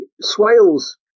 Swales